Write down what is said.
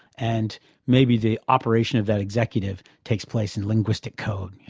and maybe the operation of that executive takes place in linguistic code, you